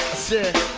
sit